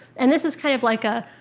and this is kind of like ah